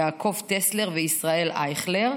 יעקב טסלר וישראל אייכלר,